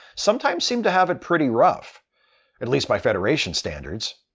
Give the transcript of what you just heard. sometimes seem to have it pretty rough at least by federation standards.